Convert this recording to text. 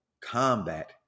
combat